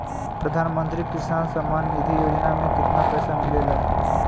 प्रधान मंत्री किसान सम्मान निधि योजना में कितना पैसा मिलेला?